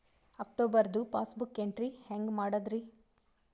ಅಕ್ಟೋಬರ್ದು passbook entry ಹೆಂಗ್ ಮಾಡದ್ರಿ?